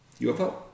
UFO